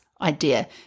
idea